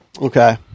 okay